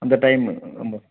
அந்த டைமு ஆமாம்